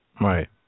Right